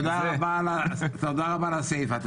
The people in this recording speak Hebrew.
תודה רבה על הסיפה.